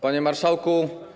Panie Marszałku!